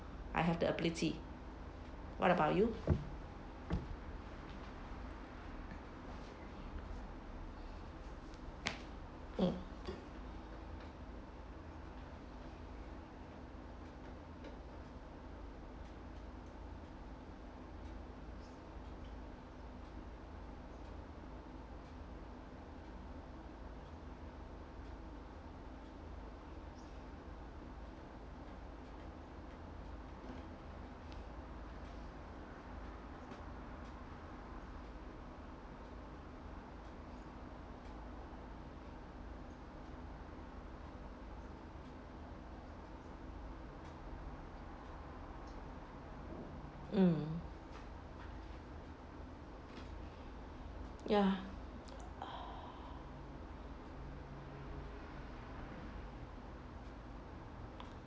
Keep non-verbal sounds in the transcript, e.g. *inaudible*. I have the ability what about you mm mm ya *breath*